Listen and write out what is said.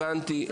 הבנתי.